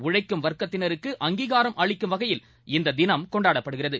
உழைக்கும் வர்க்கத்தினருக்கு அங்கீகாரம் அளிக்கும் வகையில் இந்த தினம் கொண்டாடப்படுகிறது